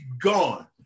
gone